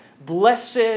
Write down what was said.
blessed